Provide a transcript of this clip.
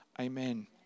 Amen